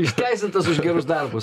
išteisintas už gerus darbus